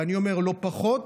ואני אומר לא פחות,